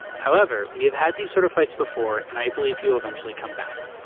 however we have had these sort of fights before and i believe you eventually come back.